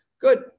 Good